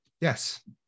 Yes